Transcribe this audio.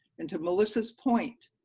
and to melissa's point,